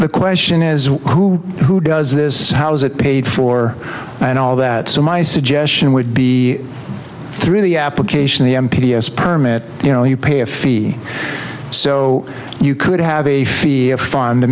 the question is who who does this how is it paid for and all that so my suggestion would be through the application the m p s permit you know you pay a fee so you could have a fee a fund